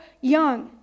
young